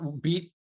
beat